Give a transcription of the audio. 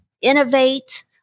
innovate